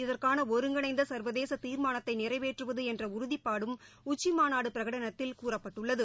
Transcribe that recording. இத இதற்கானஒருங்கிணைந்தசா்வதேசதீர்மானத்தைநிறைவேற்றவதுஎன்றஉறுதிப்பாடும் உச்சிமாநாடுபிரகடனத்தில் கூறப்பட்டுள்ளது